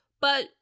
But-